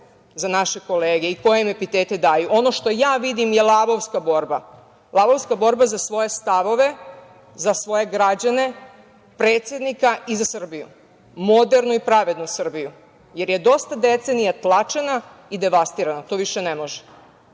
za naše kolege i koje im epitete daju. Ono što ja vidim je lavovska borba. Lavovska borba za svoje stavove, za svoje građane, predsednika i za Srbiju. Modernu i pravednu Srbiju, jer je dosta decenija tlačena i devastirana. To više ne može.Za